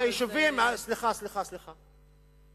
סליחה, סליחה, סליחה.